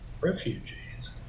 refugees